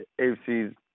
AFC's